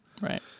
Right